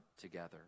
together